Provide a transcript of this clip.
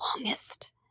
longest